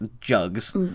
jugs